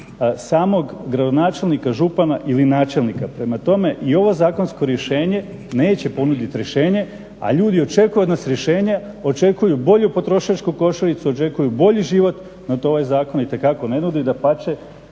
samog gradonačelnika, župana ili načelnika. Prema tome i ovo zakonsko rješenje neće ponuditi rješenje, a ljudi očekuju odnosno rješenje, očekuju bolju potrošačku košaricu, očekuju bolji život. No, to ovaj zakon itekako ne nudi. Dapače,